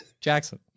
Jackson